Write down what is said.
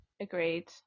agreed